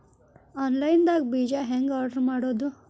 Online ದಾಗ ಬೇಜಾ ಹೆಂಗ್ ಆರ್ಡರ್ ಮಾಡೋದು?